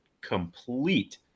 complete